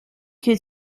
que